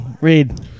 Read